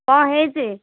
କ'ଣ ହେଇଛି